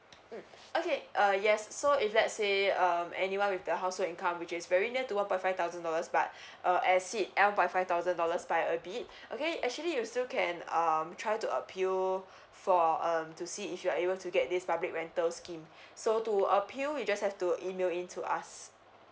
mm okay uh yes so if let's say um anyone with the housework income which is very near to one point five thousand dollars but uh exceed one point five thousand dollars by a bit okay actually you so can um try to appeal for um to see if you are able to get this public rental scheme so to appeal you just have to email in to us